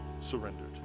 surrendered